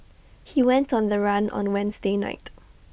he went on the run on Wednesday night